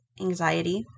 anxiety